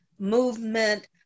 movement